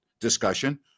discussion